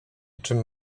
czym